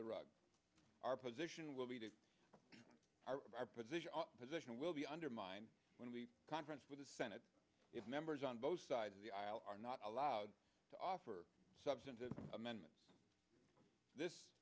the rug our position will be to our position our position will be undermined when we conference with the senate if members on both sides of the aisle are not allowed to offer substantive amendments this